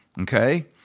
Okay